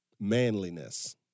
manliness